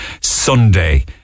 Sunday